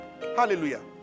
Hallelujah